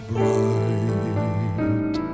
Bright